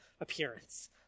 appearance